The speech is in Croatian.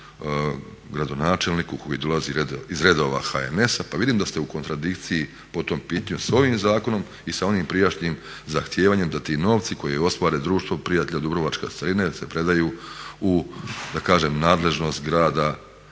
gradonačelniku koji dolazi iz redova HNS-a. Pa vidim da ste u kontradikciji po tom pitanju s ovim zakonom i sa onim prijašnjim zahtijevanjem da ti novci koji ostvari Društvo prijatelja Dubrovačke starine se predaju u da kažem nadležnost grada